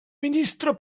ministro